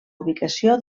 ubicació